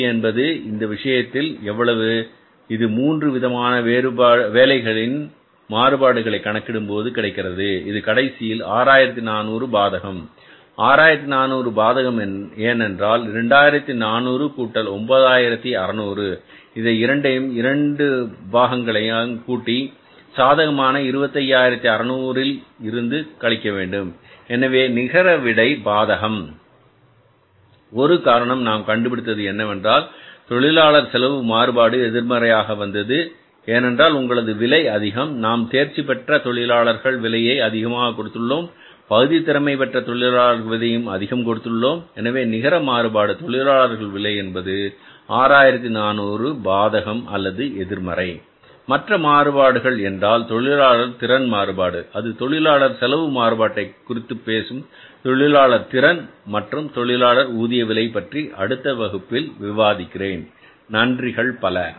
LRPB என்பது இந்த விஷயத்தில் எவ்வளவு இது மூன்று விதமான வேலைகளின் மாறுபாடுகளை கணக்கிடும்போது கிடைக்கிறது இது கடைசியில் 6400 பாதகம் 6400 பாதகம் ஏனென்றால் 2400 கூட்டல் 9600 இதை இரண்டையும் இரண்டு பாதகங்களையும் கூட்டி சாதகமான 25600 இருந்து கழிக்கவேண்டும் எனவே நிகர விடை பாதகம் ஒரு காரணம் நாம் கண்டுபிடித்தது என்றால் அது தொழிலாளர் செலவு மாறுபாடு எதிர்மறையாக வந்தது ஏனென்றால் உங்களது விலை அதிகம் நாம் தேர்ச்சிபெற்ற தொழிலாளர்கள் விலையை அதிகமாக கொடுத்துள்ளோம் பகுதி திறமை பெற்ற தொழிலாளர்கள் விலையும் அதிகம் கொடுத்துள்ளோம் எனவே நிகர மாறுபாடு தொழிலாளர் விலை என்பது 6400 பாதகம் அல்லது எதிர்மறை மற்ற மாறுபாடுகள் என்றால் தொழிலாளர் திறன் மாறுபாடு அது தொழிலாளர் செலவு மாறுபாட்டை குறித்துப் பேசும் தொழிலாளர் திறன் மற்றும் தொழிலாளர் ஊதிய விலை பற்றி அடுத்த வகுப்பில் விவாதிக்கிறேன் நன்றிகள் பல